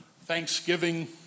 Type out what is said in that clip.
Thanksgiving